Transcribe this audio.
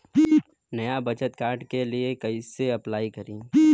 नया बचत कार्ड के लिए कइसे अपलाई करी?